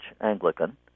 Anglican